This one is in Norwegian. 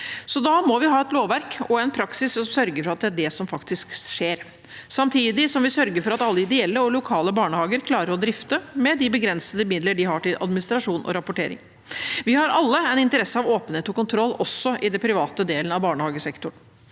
Da må vi ha et lovverk og en praksis som sørger for at det er det som faktisk skjer, samtidig som vi sørger for at alle ideelle og lokale barnehager klarer å drifte, med de begrensede midler de har til administrasjon og rapportering. Vi har alle en interesse av åpenhet og kontroll også i den private delen av barnehagesektoren,